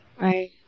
Right